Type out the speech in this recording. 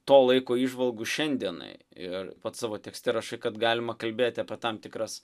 to laiko įžvalgų šiandienai ir pats savo tekste rašai kad galima kalbėti apie tam tikras